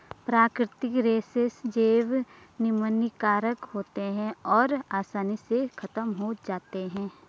प्राकृतिक रेशे जैव निम्नीकारक होते हैं और आसानी से ख़त्म हो जाते हैं